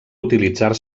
utilitzar